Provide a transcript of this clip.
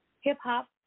hip-hop